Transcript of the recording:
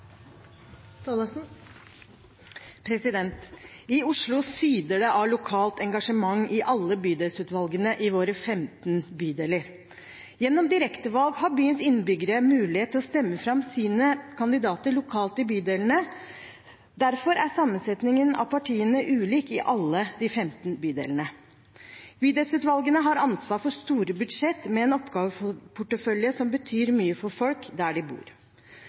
I Oslo syder det av lokalt engasjement i alle bydelsutvalgene i våre 15 bydeler. Gjennom direktevalg har byens innbyggere mulighet til å stemme fram sine kandidater lokalt i bydelene. Derfor er sammensetningen av partiene ulik i alle de 15 bydelene. Bydelsutvalgene har ansvar for store budsjett med en oppgaveportefølje som betyr mye for folk der de bor.